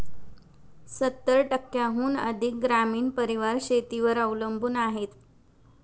सत्तर टक्क्यांहून अधिक ग्रामीण परिवार शेतीवर अवलंबून आहेत